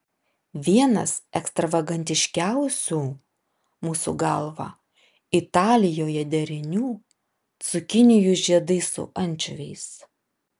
vienas ekstravagantiškiausių mūsų galva italijoje derinių cukinijų žiedai su ančiuviais